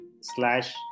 slash